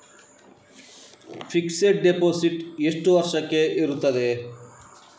Fixed deposit ಎಷ್ಟು ವರ್ಷಕ್ಕೆ ಇರುತ್ತದೆ?